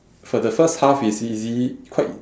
for the first half it's easy quite